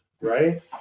right